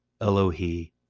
Elohi